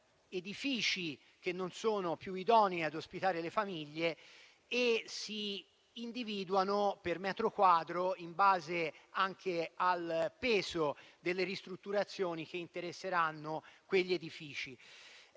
edifici che non sono più idonei ad ospitare le famiglie e si individuano per metro quadro, in base anche al peso delle ristrutturazioni che interesseranno quegli edifici.